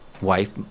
wife